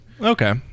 Okay